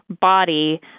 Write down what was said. body